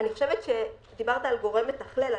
דיברת על גורם מתכלל.